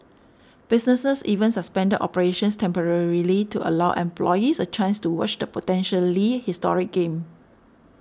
businesses even suspended operations temporarily to allow employees a chance to watch the potentially historic game